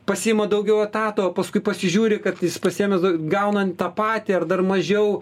pasiima daugiau etato o paskui pasižiūri kad jis pasiėmęs gaunant tą patį ar dar mažiau